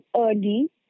early